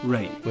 Right